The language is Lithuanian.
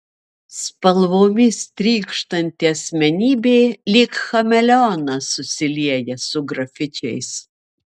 spalvomis trykštanti asmenybė lyg chameleonas susilieja su grafičiais